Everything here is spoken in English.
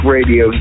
Radio